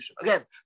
Again